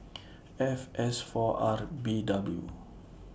F S four R B W